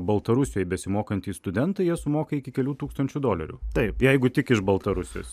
baltarusijoje besimokantys studentai jie sumoka iki kelių tūkstančių dolerių taip jeigu tik iš baltarusijos